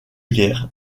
guerre